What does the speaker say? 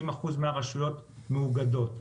60% מהרשויות מאוגדות,